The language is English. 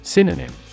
Synonym